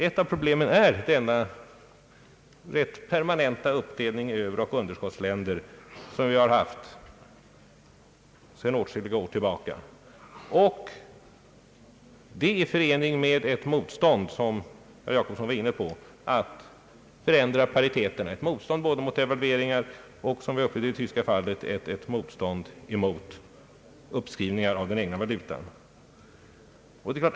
Ett av problemen är den rätt permanenta uppdelning i överoch underskottsländer som vi har haft sedan åtskilliga år, i förening med ett motstånd, vilket herr Jacobsson var inne på, mot att förändra pariteterna, ett motstånd mot både devalveringar och, som i det tyska fallet, mot uppskrivningar av den egna valutan.